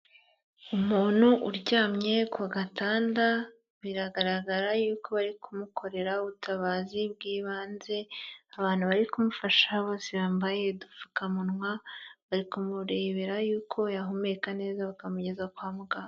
Umuntu uryamye ku gatanda, biragaragara yuko bari kumukorera ubutabazi bw'ibanze, abantu bari ku kumufasha bose bambaye udupfukamunwa, bari kumurebera yuko yahumeka neza, bakamugeza kwa muganga.